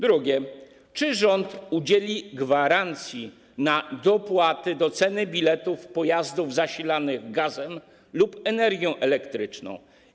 Drugie pytanie: Czy rząd udzieli gwarancji na dopłaty do ceny biletów pojazdów zasilanych gazem lub energią elektryczną?